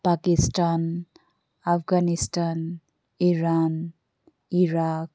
Pakistan Afghanistan Iran Iraq